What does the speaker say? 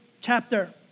chapter